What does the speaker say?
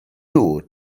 nhw